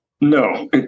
No